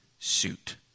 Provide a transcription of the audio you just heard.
suit